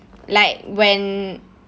like when